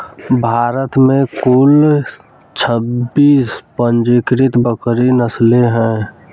भारत में कुल छब्बीस पंजीकृत बकरी नस्लें हैं